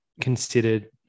considered